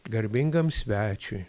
garbingam svečiui